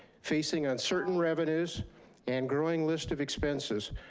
facing uncertain revenues and growing list of expenses.